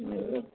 जी